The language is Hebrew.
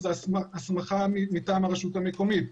הסמכה מטעם הרשות המקומית.